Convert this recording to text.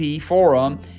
Forum